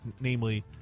namely